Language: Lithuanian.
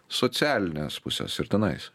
socialines puses ir tenais